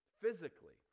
physically